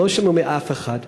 הם לא שמעו מאף אחד.